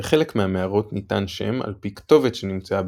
לחלק מהמערות ניתן שם על פי כתובת שנמצאה